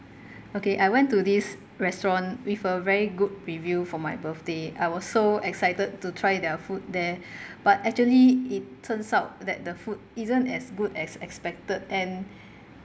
okay I went to this restaurant with a very good review for my birthday I was so excited to try their food there but actually it turns out that the food isn't as good as expected and